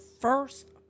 first